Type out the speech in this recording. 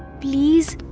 please.